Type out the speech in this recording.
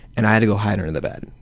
and i had to go hide under the bed.